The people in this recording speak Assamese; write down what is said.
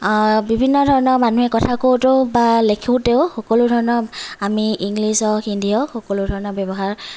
বিভিন্ন ধৰণৰ মানুহে কথা কওঁতেও বা লেখোঁতেও সকলোধৰণৰ আমি ইংলিছ হওক হিন্দী হওক সকলোধৰণৰ ব্যৱহাৰ